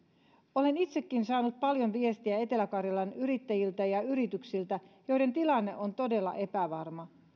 olen itsekin saanut paljon viestejä etelä karjalan yrittäjiltä ja yrityksiltä joiden tilanne on todella epävarma